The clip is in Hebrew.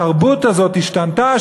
התרבות הזאת השתנתה,